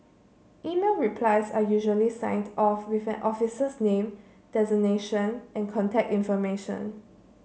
email replies are usually signed off with an officer's name designation and contact information